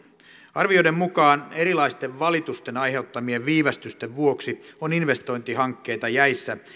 arvioiden mukaan erilaisten valitusten aiheuttamien viivästysten vuoksi on investointihankkeita jäissä